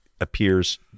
appears